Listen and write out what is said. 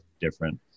different